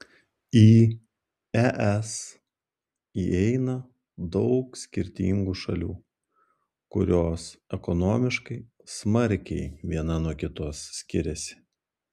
į es įeina daug skirtingų šalių kurios ekonomiškai smarkiai viena nuo kitos skiriasi